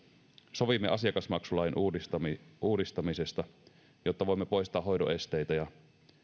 sovimme asiakasmaksulain uudistamisesta jotta voimme poistaa hoidon esteitä ja